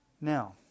Now